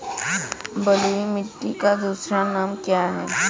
बलुई मिट्टी का दूसरा नाम क्या है?